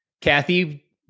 Kathy